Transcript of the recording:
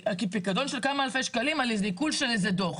פיקדון של כמה אלפי שקלים על עיקול של איזה דוח.